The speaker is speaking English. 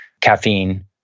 caffeine